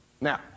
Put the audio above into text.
Now